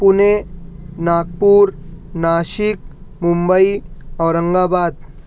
پونے ناگپور ناسک ممبئی اورنگ آباد